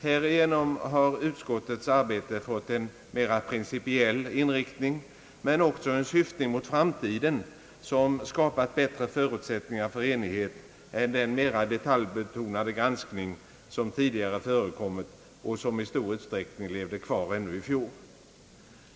Härigenom har utskottets arbete fått en mera principiell inrikt ning men också en syftning mot framtiden, som skapat bättre förutsättningar för enighet än den mera detaljbetonade granskning som tidigare förekommit och som i stor utsträckning levde kvar ännu i fjol.